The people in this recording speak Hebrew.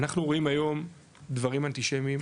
אנחנו רואים היום דברים אנטישמים,